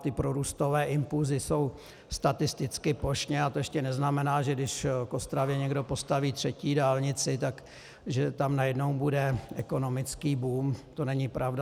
Ty prorůstové impulsy jsou statisticky, plošně, a to ještě neznamená, že když k Ostravě někdo postaví třetí dálnici, že tam najednou bude ekonomický boom, to není pravda.